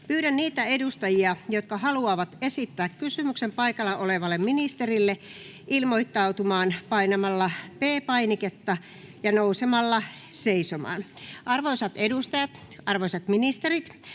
Pyydän niitä edustajia, jotka haluavat esittää kysymyksen paikalla olevalle ministerille, ilmoittautumaan painamalla P-painiketta ja nousemalla seisomaan. Arvoisat edustajat ja arvoisat ministerit!